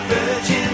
Virgin